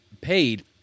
paid